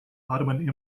ottoman